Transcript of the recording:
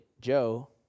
Joe